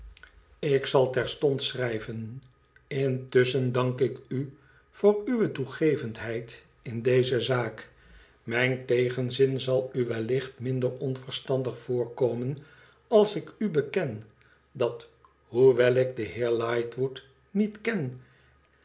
ik zal terstond schrijven intusschen dank ik u voor uwe toegevendheid in deze zaak mijn tegenzin zal u wellicht minder onverstandig voorkomen als ik u beken dat hoewel ik den heer liggtwood niet ken